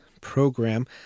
program